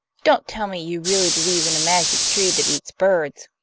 don't tell me you really believe in a magic tree that eats birds!